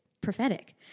prophetic